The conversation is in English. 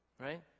right